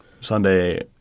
Sunday